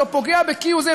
שלא פוגע כהוא זה?